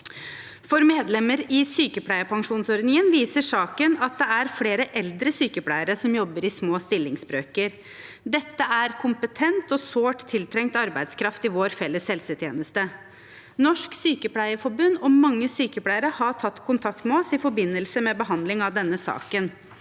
For medlemmer i sykepleierpensjonsordningen viser saken at det er flere eldre sykepleiere som jobber i små stillingsbrøker. Dette er kompetent og sårt tiltrengt arbeidskraft i vår felles helsetjeneste. Norsk Sykepleierforbund og mange sykepleiere har tatt kontakt med oss i forbindelse med behandling av denne saken.